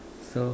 so